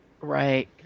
Right